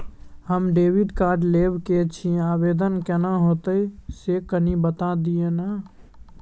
हम debit card लेब के छि, आवेदन केना होतै से कनी बता दिय न?